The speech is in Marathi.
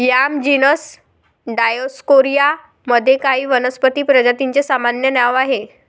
याम जीनस डायओस्कोरिया मध्ये काही वनस्पती प्रजातींचे सामान्य नाव आहे